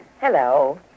Hello